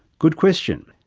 good question.